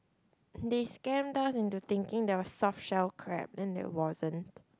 they scammed us into thinking there was soft shell crab then there wasn't